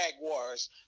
Jaguars